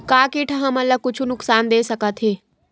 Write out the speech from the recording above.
का कीट ह हमन ला कुछु नुकसान दे सकत हे?